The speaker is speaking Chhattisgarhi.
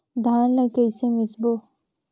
धान ला कइसे मिसबो?